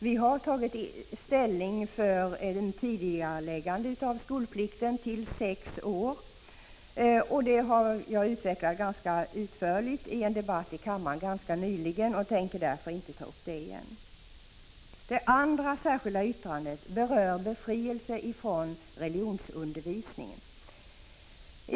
Vi har tagit ställning för ett tidigareläggande av skolplikten till sex år. Skälen härtill utvecklade jag nyligen ganska utförligt vid en debatt här i kammaren, och jag skall inte nu upprepa dem. Det andra särskilda yttrandet berör befrielse från religionsundervisning.